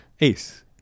Ace